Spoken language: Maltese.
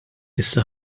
issa